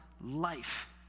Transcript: life